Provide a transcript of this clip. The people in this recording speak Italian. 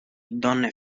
donne